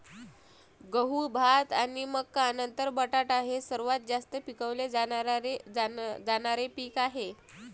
गहू, भात आणि मका नंतर बटाटा हे सर्वात जास्त पिकवले जाणारे पीक आहे